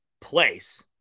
place